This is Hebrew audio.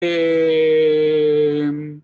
אממממ